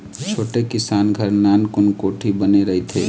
छोटे किसान घर नानकुन कोठी बने रहिथे